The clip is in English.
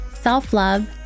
self-love